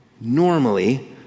normally